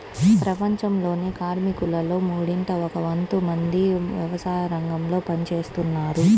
ప్రపంచంలోని కార్మికులలో మూడింట ఒక వంతు మంది వ్యవసాయరంగంలో పని చేస్తున్నారు